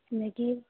ꯑꯗꯒꯤ